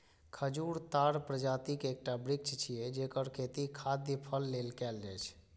खजूर ताड़ प्रजातिक एकटा वृक्ष छियै, जेकर खेती खाद्य फल लेल कैल जाइ छै